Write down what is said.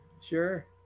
Sure